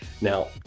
Now